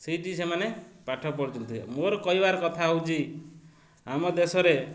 ସେଇଠି ସେମାନେ ପାଠ ପଢ଼ୁଛନ୍ତି ମୋର କହିବାର କଥା ହେଉଛି ଆମ ଦେଶରେ